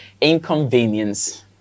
Inconvenience